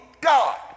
God